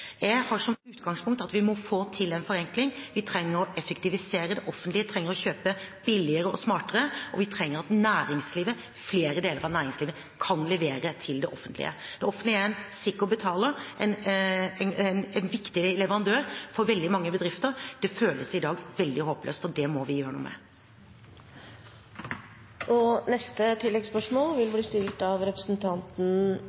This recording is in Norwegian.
Jeg har som utgangspunkt at vi må få til en forenkling. Vi trenger å effektivisere det offentlige, vi trenger å kjøpe billigere og smartere, og vi trenger at flere deler av næringslivet kan levere til det offentlige. Det offentlige er en sikker betaler, en viktig leverandør for veldig mange bedrifter. Det føles i dag veldig håpløst, og det må vi gjøre noe med.